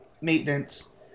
maintenance